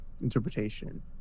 interpretation